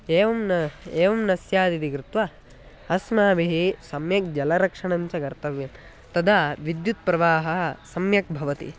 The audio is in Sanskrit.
एवं न एवं न स्याद् इति कृत्वा अस्माभिः सम्यक् जलरक्षणञ्च कर्तव्यं तदा विद्युत्प्रवाहः सम्यक् भवति